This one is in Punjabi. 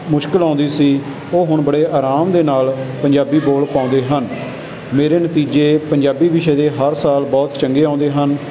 ਮੁਸ਼ਕਿਲ ਆਉਂਦੀ ਸੀ ਉਹ ਹੁਣ ਬੜੇ ਆਰਾਮ ਦੇ ਨਾਲ ਪੰਜਾਬੀ ਬੋਲ ਪਾਉਂਦੇ ਹਨ ਮੇਰੇ ਨਤੀਜੇ ਪੰਜਾਬੀ ਵਿਸ਼ੇ ਦੇ ਹਰ ਸਾਲ ਬਹੁਤ ਚੰਗੇ ਆਉਂਦੇ ਹਨ